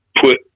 put